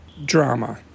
drama